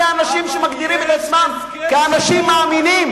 בעיני אנשים שמגדירים את עצמם כאנשים מאמינים.